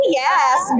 yes